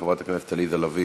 חברת הכנסת עליזה לביא,